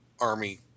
army